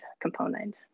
component